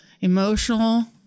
emotional